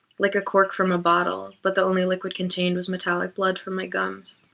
like a cork from a bottle, but the only liquid contained was metallic blood from my gums.